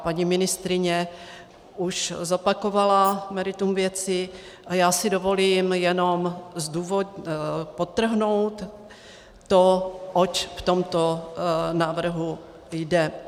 Paní ministryně už zopakovala meritum věci a já si dovolím jenom podtrhnout to, oč v tomto návrhu jde.